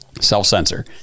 self-censor